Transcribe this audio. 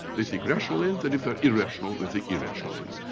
they seek rational ends and if they're irrational, they seek irrational ends.